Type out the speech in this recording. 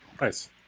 nice